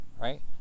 right